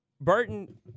Burton